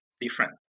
different